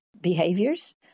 behaviors